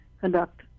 conduct